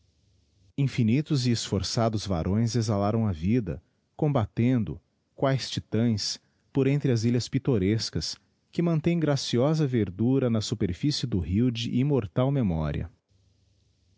infinitos e esforçados varões exhalaram a vida combatendo quaes titães por entre as ilhas pittorescas que mantêm graciosa verdura na superficie do rio de imraortal memoria